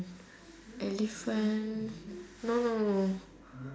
elephant no no no no